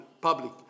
public